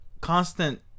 constant